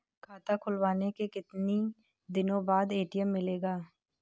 खाता खुलवाने के कितनी दिनो बाद ए.टी.एम मिलेगा?